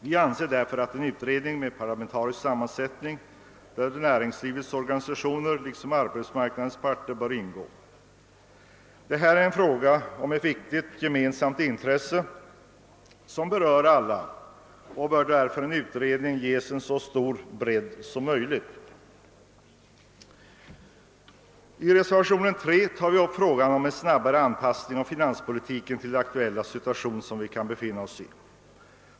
Vi anser därför att det bör tillsättas en utredning med parlamentarisk sammansättning, i vilken också representanter för näringslivets organisationer och arpetsmarknadens parter bör ingå. Det är här fråga om ett viktigt, för alla gemensamt intresse, och därför bör en utredning få så stor bredd som möjligt. I reservationen 3 tar vi upp frågan om en snabbare anpassning av finanspolitiken till den aktuella situationen.